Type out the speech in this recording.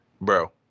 bro